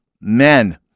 men